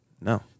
No